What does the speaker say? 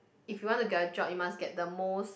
if you want to get a job you must get the most